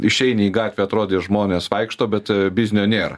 išeini į gatvę atrodė žmonės vaikšto bet biznio nėra